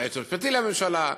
עם היועץ המשפטי לממשלה,